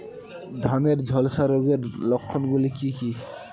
ধানের ঝলসা রোগের লক্ষণগুলি কি কি?